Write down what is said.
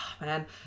man